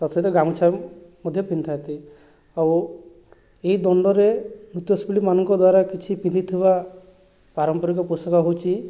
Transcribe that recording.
ତା ସହିତ ଗାମୁଛା ମଧ୍ୟ ପିନ୍ଧିଥାନ୍ତି ଆଉ ଏଇ ଦଣ୍ଡରେ ନୃତ୍ୟଶିଳ୍ପୀ ମାନଙ୍କଦ୍ୱାରା କିଛି ପିନ୍ଧୁଥିବା ପାରମ୍ପରିକ କୌଶଳ ହେଉଛି